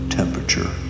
temperature